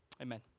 Amen